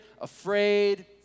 afraid